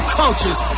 cultures